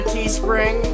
Teespring